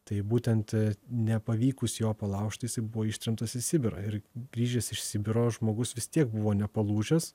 tai būtent nepavykus jo palaužt jisai buvo ištremtas į sibirą ir grįžęs iš sibiro žmogus vis tiek buvo nepalūžęs